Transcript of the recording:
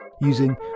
using